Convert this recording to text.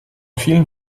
vielen